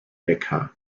wecker